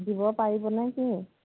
দিব পাৰিব নেকি